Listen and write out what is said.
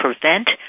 prevent